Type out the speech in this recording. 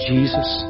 Jesus